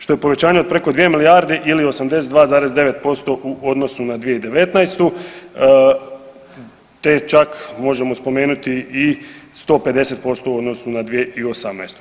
Što je povećanje od preko 2 milijarde ili 82,9% u odnosu na 2019. te čak možemo spomenuti i 150% u odnosu na 2018.